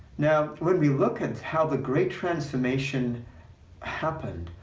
now, when we look at how the great transformation happened,